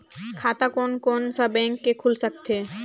खाता कोन कोन सा बैंक के खुल सकथे?